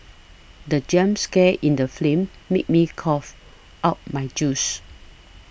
the jump scare in the film made me cough out my juice